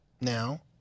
now